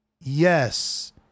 Yes